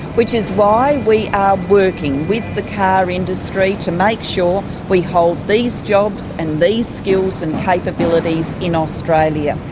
which is why we are working with the car industry to make sure we hold these jobs and these skills and capabilities in australia.